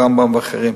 "רמב"ם" ואחרים.